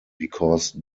because